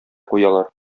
куялар